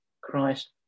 Christ